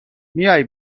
میای